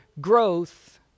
growth